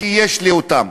ויש לי אותם,